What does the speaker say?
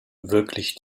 wirklich